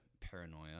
paranoia